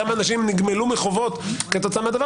כמה אנשים נגמלו מחובות כתוצאה מהדבר